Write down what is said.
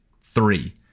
three